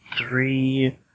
three